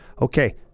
okay